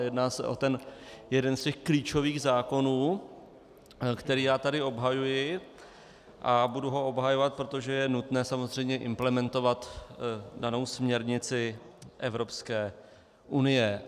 Jedná se o ten jeden z klíčových zákonů, který tady obhajuji a budu ho obhajovat, protože je samozřejmě nutné implementovat danou směrnici Evropské unie.